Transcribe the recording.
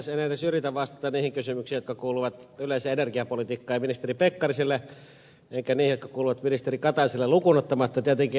en edes yritä vastata niihin kysymyksiin jotka kuuluvat yleiseen energiapolitiikkaan ja ministeri pekkariselle enkä niihin jotka kuuluvat ministeri kataiselle lukuun ottamatta tietenkin ed